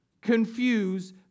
confuse